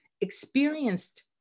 experienced